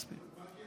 מספיק.